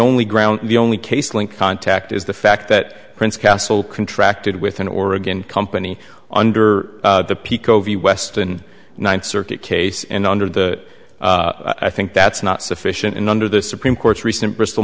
only ground the only case link contact is the fact that prince castle contracted with an oregon company under the pico v weston ninth circuit case and under the i think that's not sufficient and under the supreme court's recent bristol